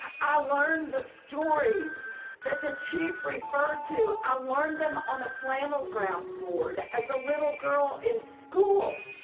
i learned the storied that the chief referred to. i learned them on a flannel graph board as a little girl in school,